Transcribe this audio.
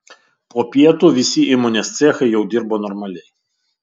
po pietų visi įmonės cechai jau dirbo normaliai